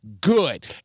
good